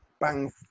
bang